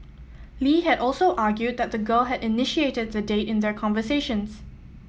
Lee had also argued that the girl had initiated the date in their conversations